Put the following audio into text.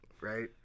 Right